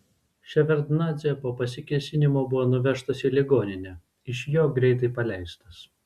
ševardnadzė po pasikėsinimo buvo nuvežtas į ligoninę iš jo greitai paleistas